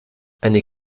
eine